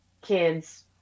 kids